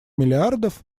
миллиардов